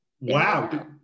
Wow